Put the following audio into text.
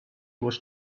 was